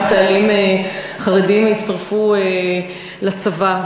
2,000 חיילים חרדים יצטרפו לצבא.